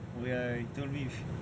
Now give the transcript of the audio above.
oh ya ya you told me